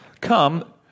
Come